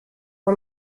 for